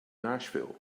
nashville